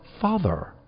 father